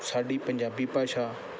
ਸਾਡੀ ਪੰਜਾਬੀ ਭਾਸ਼ਾ